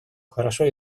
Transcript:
хорошо